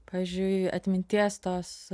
pavyzdžiui atminties tos